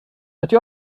ydy